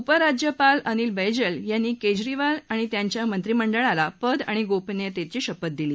उप राज्यपाल अनिल बेजल केजरीवाल आणि त्यांच्या मत्रिमंडळाला पद आणि गोपनियतेची शपथ दिली